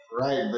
Right